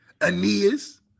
Aeneas